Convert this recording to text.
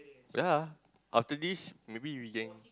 ya after this maybe we can